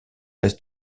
est